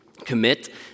commit